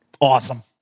Awesome